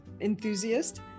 enthusiast